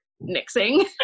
mixing